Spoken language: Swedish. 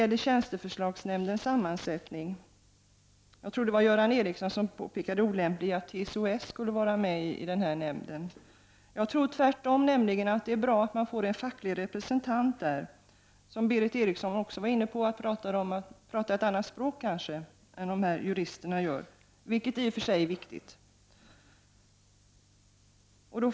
Göran Ericsson påpekade det olämpliga i att en TCO-S-representant skall vara med i tjänsteförslagsnämnden. Jag tror tvärtom att det är bra att en facklig representant finns med i nämnden, någon som kanske pratar ett annat språk än juristerna, vilket Berith Eriksson också var inne på.